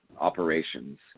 operations